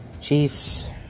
Chiefs